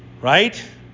right